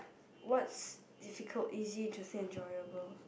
what's difficult easy to stay enjoyable